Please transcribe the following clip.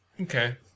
Okay